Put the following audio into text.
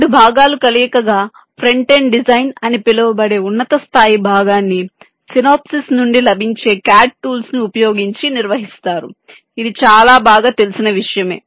రెండు భాగాల కలయికగా ఫ్రంట్ ఎండ్ డిజైన్ అని పిలువబడే ఉన్నత స్థాయి భాగాన్ని సినాప్సిస్ నుండి లభించే CAD టూల్స్ ను ఉపయోగించి నిర్వహిస్తారు ఇది చాలా బాగా తెలిసిన విషయమే